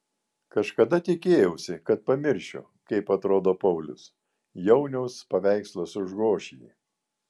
kažkada tikėjausi kad pamiršiu kaip atrodo paulius jauniaus paveikslas užgoš jį